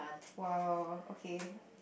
!wow! okay